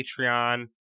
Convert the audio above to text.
Patreon